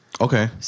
Okay